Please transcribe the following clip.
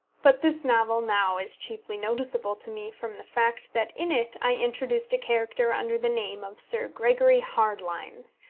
but this novel now is chiefly noticeable to me from the fact that in it i introduced a character under the name of sir gregory hardlines,